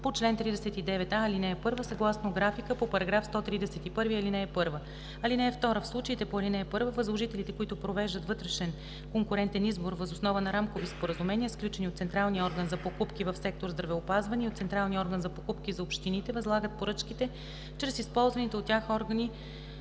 по чл. 39а, ал. 1, съгласно графика по § 131, ал. 1. (2) В случаите по ал. 1 възложителите, които провеждат вътрешен конкурентен избор въз основа на рамкови споразумения, сключени от Централния орган за покупки в сектор „Здравеопазване“ и от Централния орган за покупки за общините възлагат поръчките чрез използваните от тези органи